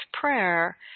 prayer